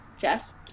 Jess